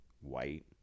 white